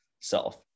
self